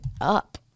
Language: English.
up